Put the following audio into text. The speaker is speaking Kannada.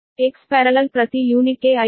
ಆದ್ದರಿಂದ Xparallel ಪ್ರತಿ ಯೂನಿಟ್ಗೆ 5